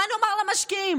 מה נאמר למשקיעים?